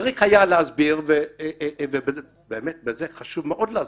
שצריך היה להסביר, ובאמת בזה חשוב מאוד להסביר: